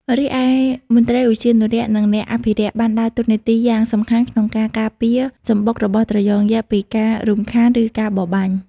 រីឯមន្ត្រីឧទ្យានុរក្ស និង អ្នកអភិរក្ស បានដើរតួនាទីយ៉ាងសំខាន់ក្នុងការការពារសម្បុករបស់ត្រយងយក្សពីការរំខាន ឬការបរបាញ់។